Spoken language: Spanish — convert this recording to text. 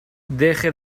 deje